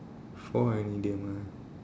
for an idiom ah